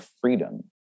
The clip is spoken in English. freedom